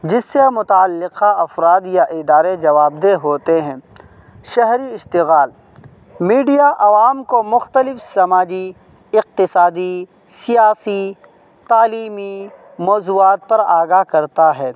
جس سے متعلقہ افراد یا ادارے جوابدہ ہوتے ہیں شہری اشتغال میڈیا عوام کو مختلف سماجی اقتصادی سیاسی تعلیمی موضوعات پر آگاہ کرتا ہے